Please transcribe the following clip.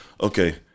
Okay